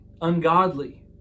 ungodly